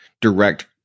direct